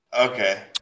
Okay